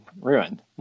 ruined